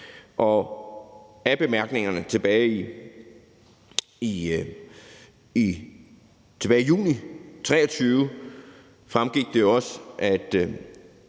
kr. Af bemærkningerne tilbage i juni 2023 fremgik det også, at